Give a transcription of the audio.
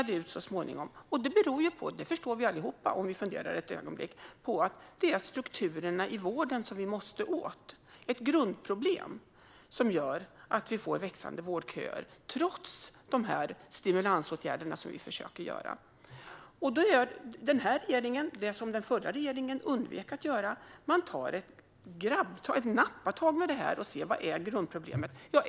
Det beror, vilket vi allihop förstår om vi funderar ett ögonblick, på att det är strukturerna i vården vi måste åt. Det är ett grundproblem som gör att vi får växande vårdköer trots de stimulansåtgärder vi försöker vidta. Den här regeringen gör därför det som den förra regeringen undvek att göra, nämligen tar ett nappatag gällande detta och tittar på vad grundproblemet är.